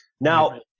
Now